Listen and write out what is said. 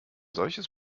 solches